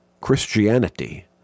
Christianity